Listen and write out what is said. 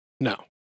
No